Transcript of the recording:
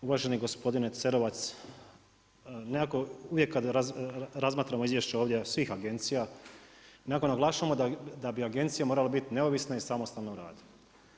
Uvaženi gospodine Cerovac, nekako uvijek kad razmatramo izvješće ovdje svih agencija, nekako naglašavamo da bi agencije morale biti neovisne i samostalne u radu.